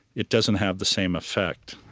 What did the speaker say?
it doesn't have the same effect.